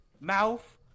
mouth